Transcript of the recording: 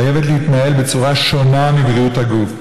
חייבת להתנהל בצורה שונה מבריאות הגוף.